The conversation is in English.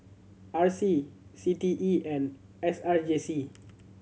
R C C T E and S R J C